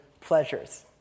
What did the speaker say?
pleasures